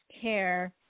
care